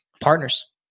Partners